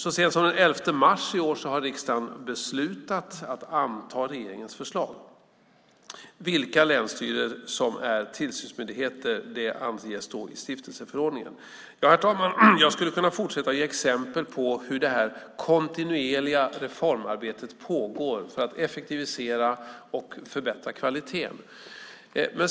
Så sent som den 11 mars i år beslutade riksdagen att anta regeringens förslag. Vilka länsstyrelser som är tillsynsmyndigheter anges i stiftelseförordningen. Herr talman! Jag skulle kunna fortsätta att ge exempel på hur detta kontinuerliga reformarbete pågår för att effektivisera och förbättra kvaliteten.